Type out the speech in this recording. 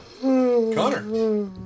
Connor